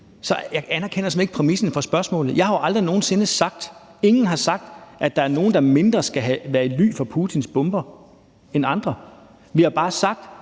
jeg simpelt hen ikke præmissen for spørgsmålet. Jeg har jo aldrig nogen sinde sagt – ingen har sagt – at der er nogle, der skal være mindre i ly for Putins bomber end andre. Vi har bare sagt,